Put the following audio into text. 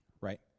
Right